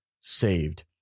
saved